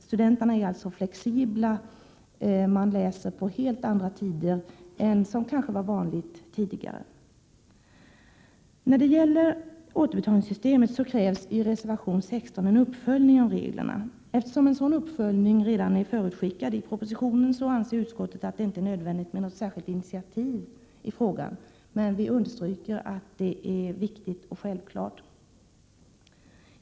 Studenterna är alltså flexibla, de läser på helt andra tider än som kanske var vanligt tidigare. När det gäller återbetalningssystemet krävs i reservation 16 en uppföljning av reglerna. Eftersom en sådan uppföljning redan är förutskickad i propositionen anser utskottet att det inte är nödvändigt med något särskilt initiativ i frågan, men vi understryker att en uppföljning är viktig och självklar.